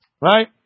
Right